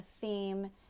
theme